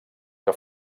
que